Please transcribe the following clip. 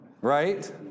Right